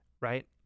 right